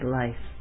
life